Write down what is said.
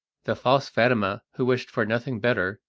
the false fatima, who wished for nothing better,